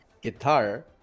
guitar